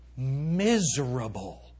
Miserable